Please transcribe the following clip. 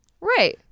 Right